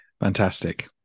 fantastic